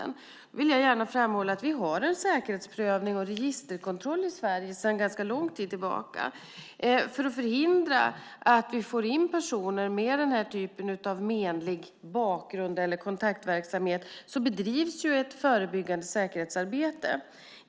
Jag vill gärna framhålla att vi har i Sverige sedan lång tid tillbaka en säkerhetsprövning och registerkontroll för att förhindra att personer med den typen av menlig bakgrund eller kontaktverksamhet tas in. Det bedrivs ett förebyggande säkerhetsarbete.